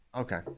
okay